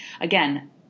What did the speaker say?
again